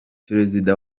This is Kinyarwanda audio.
perezida